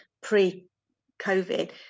pre-COVID